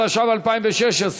התשע"ו 2016,